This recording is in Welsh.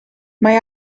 mae